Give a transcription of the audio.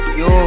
yo